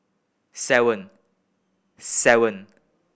seven seven